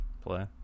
play